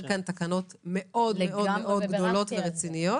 כאן תקנות מאוד מאוד גדולות ורציניות.